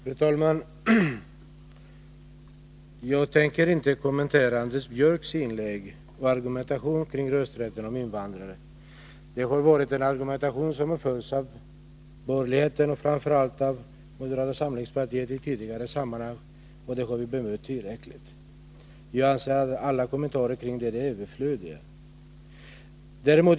Fru talman! Jag tänker inte kommentera Anders Björcks inlägg och argumentation beträffande frågan om rösträtt för invandrare. Det är samma argumentation som framförts av borgerligheten och framför allt av moderata samlingspartiet i tidigare sammanhang. Det har varit tillräckligt. Alla kommentarer är därför överflödiga.